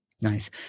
Nice